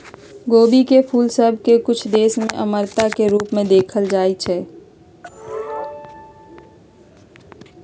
खोबी के फूल सभ के कुछ देश में अमरता के रूप में देखल जाइ छइ